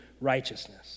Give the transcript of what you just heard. righteousness